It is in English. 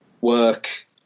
work